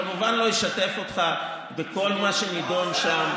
אני כמובן לא אשתף אותך בכל מה שנדון שם.